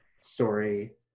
story